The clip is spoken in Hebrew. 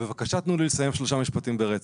בבקשה תנו לי לסיים שלושה משפטים ברצף.